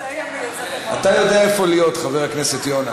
תועבר להמשך דיון